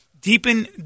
deepen